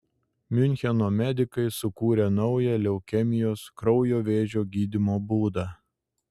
miuncheno medikai sukūrė naują leukemijos kraujo vėžio gydymo būdą